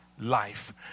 life